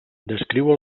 descriu